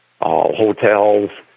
hotels